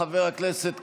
חבר הכנסת קושניר,